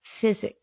physics